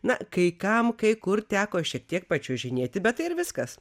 na kai kam kai kur teko šiek tiek pačiuožinėti bet tai ir viskas